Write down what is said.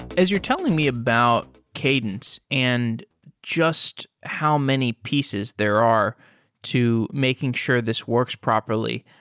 as you're telling me about cadence and just how many pieces there are to making sure this works properly,